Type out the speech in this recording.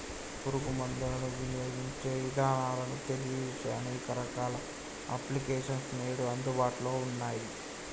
పురుగు మందులను వినియోగించే ఇదానాలను తెలియజేసే అనేక రకాల అప్లికేషన్స్ నేడు అందుబాటులో ఉన్నయ్యి